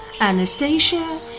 Anastasia